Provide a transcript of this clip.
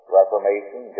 Reformation